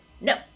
no